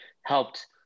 helped